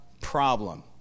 problem